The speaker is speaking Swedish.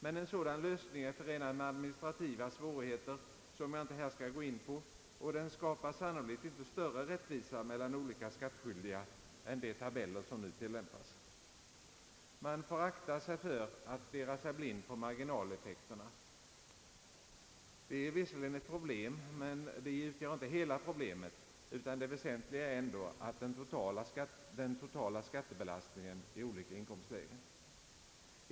Men en sådan lösning är förenad med administrativa svårigheter, som jag inte här skall gå in på, och den skapar sannolikt inte större rättvisa mellan olika skattskyldiga än de tabeller som nu tillämpas. Man får akta sig för att stirra sig blind på marginaleffekterna. De är visserligen ett problem, men de utgör inte hela problemet, utan det väsentliga är ändå den totala skattebelastningen i olika inkomstlägen.